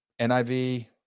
NIV